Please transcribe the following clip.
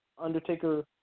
Undertaker